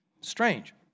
Strange